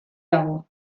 dago